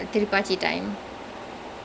mm J_D was nice mm ya